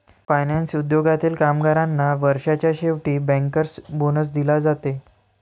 finance उद्योगातील कामगारांना वर्षाच्या शेवटी बँकर्स बोनस दिला जाते